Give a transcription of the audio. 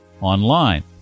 online